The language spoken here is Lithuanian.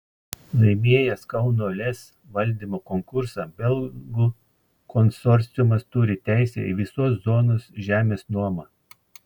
laimėjęs kauno lez valdymo konkursą belgų konsorciumas turi teisę į visos zonos žemės nuomą